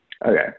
Okay